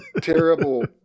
Terrible